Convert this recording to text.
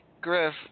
Griff